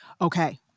Okay